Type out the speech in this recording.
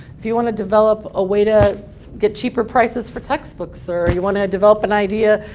if you want to develop a way to get cheaper prices for textbooks or you want to develop an idea